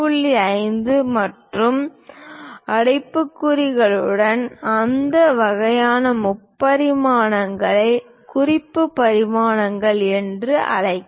5 மற்றும் அம்புக்குறிகளுடன் அந்த வகையான பரிமாணங்களை குறிப்பு பரிமாணங்கள் என்று அழைக்கிறார்கள்